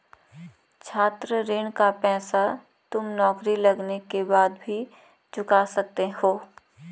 छात्र ऋण का पैसा तुम नौकरी लगने के बाद भी चुका सकते हो